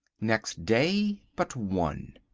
next day but one.